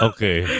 Okay